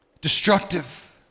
destructive